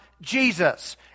Jesus